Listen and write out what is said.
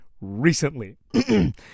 recently